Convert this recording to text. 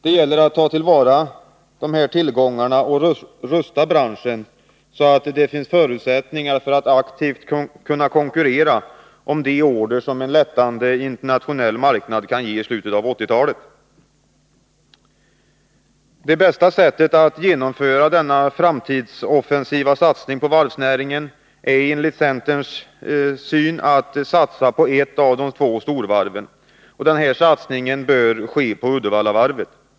Det gäller att ta till vara denna tillgång och rusta branschen, så att där finns förutsättningar att aktivt kunna konkurrera om de order som en lättande internationell marknad kan ge i slutet av 1980 talet. Det bästa sättet att genomföra denna framtidsoffensiva satsning på varvsnäringen är enligt centerns syn att satsa på ett av de två storvarven. Denna satsning bör ske på Uddevallavarvet.